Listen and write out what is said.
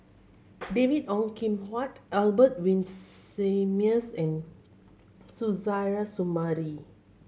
David Ong Kim Huat Albert Winsemius and Suzairhe Sumari